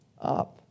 up